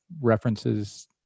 references